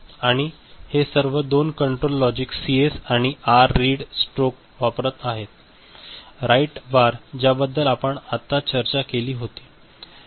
आणि हे सर्व या दोन कंट्रोल लॉजिक सीएस आणि आर रीड स्ट्रोक वापरत आहेत राईट बार ज्याबद्दल आपण आत्ताच चर्चा केली होती